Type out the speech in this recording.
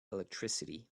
electricity